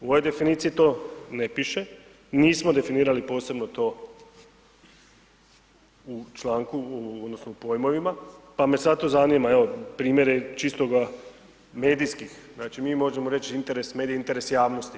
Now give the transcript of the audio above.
U ovoj definiciji to ne piše, nismo definirali posebno to u članku, odnosno u pojmovima pa me zato zanima evo, primjer je čistoga medijskih, znači mi možemo reći interes medija, interes javnosti.